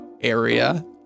area